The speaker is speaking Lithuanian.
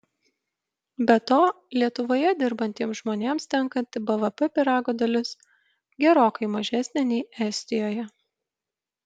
be to lietuvoje dirbantiems žmonėms tenkanti bvp pyrago dalis gerokai mažesnė nei estijoje